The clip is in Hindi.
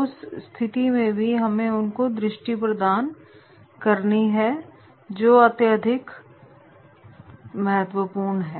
उस सिटी में हमें उनको दृष्टि प्रदान करनी है जो अत्यधिक महत्वपूर्ण है